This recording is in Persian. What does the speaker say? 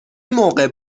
موقع